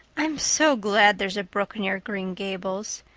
i'm so glad there's a brook near green gables.